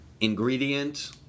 ingredient